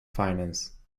finance